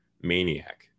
maniac